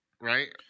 Right